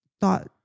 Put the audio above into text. thought